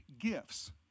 gifts